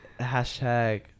Hashtag